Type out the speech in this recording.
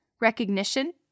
recognition